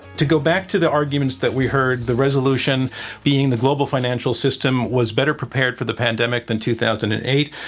to go back to the arguments that we heard, the resolution being the global financial system was better prepared for the pandemic than two thousand and eight,